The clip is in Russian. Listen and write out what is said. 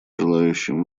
желающим